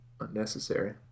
unnecessary